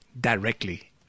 directly